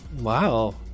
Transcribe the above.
Wow